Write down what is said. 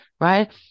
right